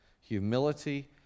Humility